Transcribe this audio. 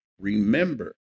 Remember